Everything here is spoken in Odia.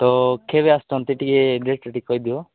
ତ କେବେ ଆସୁଛନ୍ତି ଟିକେ ଡେଟ୍ଟା ଟିକେ କହି ଦିଅ